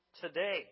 today